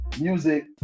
music